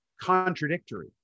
contradictory